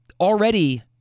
already